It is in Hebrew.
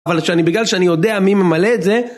אבל שאני, בגלל שאני יודע מי ממלא את זה